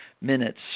minutes